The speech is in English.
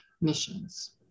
missions